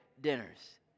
dinners